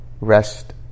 rest